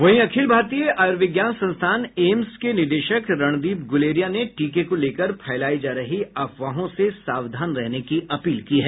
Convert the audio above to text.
वहीं अखिल भारतीय आयुर्विज्ञान संस्थान एम्स के निदेशक रणदीप गुलेरिया ने टीके को लेकर फैलाई जा रही अफवाहों से सावधान रहने की अपील की है